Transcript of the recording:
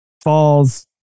falls